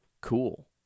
cool